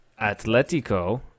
Atletico